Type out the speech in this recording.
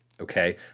okay